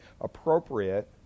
appropriate